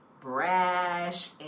brash